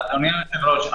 אדוני היושב-ראש,